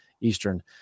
Eastern